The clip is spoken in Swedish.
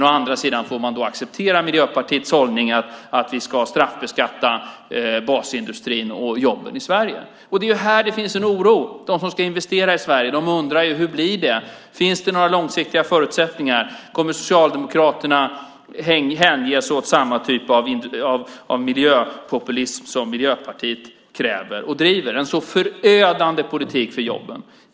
Å andra sidan får man acceptera Miljöpartiets hållning att basindustrin och jobben i Sverige ska straffbeskattas. Det är här som det finns en oro. De som ska investera i Sverige undrar hur det blir. Finns det några långsiktiga förutsättningar? Kommer Socialdemokraterna att hänge sig åt samma typ av miljöpopulism som Miljöpartiet kräver och driver - en förödande politik för jobben?